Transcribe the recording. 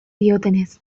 diotenez